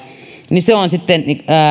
niin se on sitten